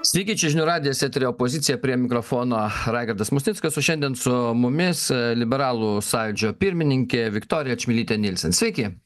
sveiki čia žinių radijas eteryje opozicija prie mikrofono raigardas musnickas o šiandien su mumis liberalų sąjūdžio pirmininkė viktorija čmilytė nylsen sveiki